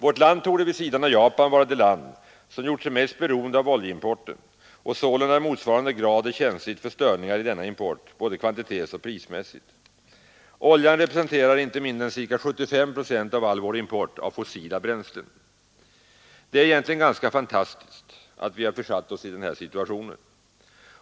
Vårt land torde vid sidan av Japan vara det land som gjort sig mest beroende av oljeimporten och sålunda i motsvarande grad är känsligt för störningar i denna import både kvantitetsoch prismässigt. Oljan representerar inte mindre än ca 75 procent av all vår import av fossila bränslen. Det är egentligen ganska fantastiskt att vi försatt oss i denna situation.